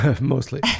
Mostly